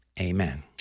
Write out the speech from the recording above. Amen